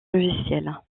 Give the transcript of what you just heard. logiciels